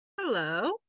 Hello